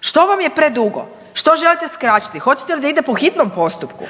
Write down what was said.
Što vam je predugo, što želite skratiti, hoćete li da ide po hitnom postupku?